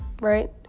right